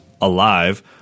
alive